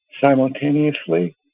simultaneously